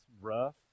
rough